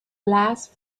last